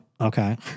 Okay